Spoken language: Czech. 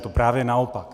To právě naopak.